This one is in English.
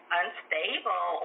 unstable